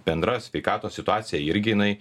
bendra sveikatos situacija irgi jinai